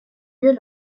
mieux